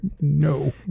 No